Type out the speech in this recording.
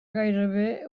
gairebé